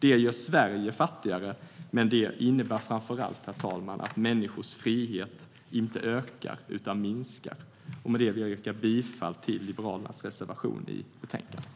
Det gör Sverige fattigare, men det innebär framför allt, herr talman, att människors frihet inte ökar utan minskar. Men det vill jag yrka bifall till Liberalernas reservation i betänkandet.